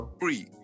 free